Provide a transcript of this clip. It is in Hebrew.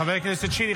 חבר הכנסת שירי,